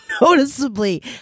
noticeably